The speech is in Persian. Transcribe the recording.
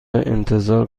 انتظار